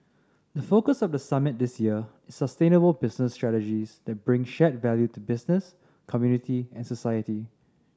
the focus of the summit this year is sustainable business strategies that bring shared value to business community and society